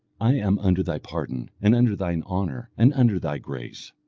i am under thy pardon, and under thine honour, and under thy grace.